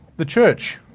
the church,